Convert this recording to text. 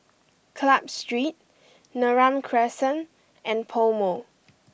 Club Street Neram Crescent and PoMo